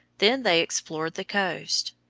then they explored the coast.